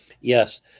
Yes